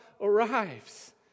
arrives